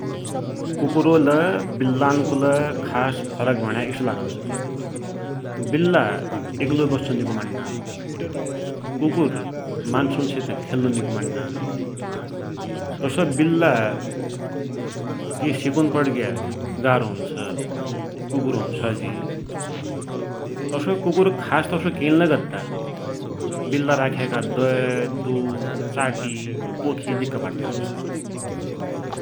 कुकुरुन्को लै बिल्लानको खास फरक भुण्या इसो लागुन्छ पुई, बिल्ला एकलोइ बस्सु निको माण्णान, कुकुर मान्सुन सित खेल्लु निको माण्णान, तसोई बिल्ला केई सिकुन पडिग्या गाह्रो हुन्छ, कुकुरुन सजि, तसोई कुकुर खास तसो केन्लै गद्दा, बिल्ला राख्याको दै, दुध, चाटी पोखि दिक्क पाड्डान ।